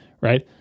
right